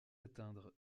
atteindre